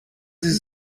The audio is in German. sie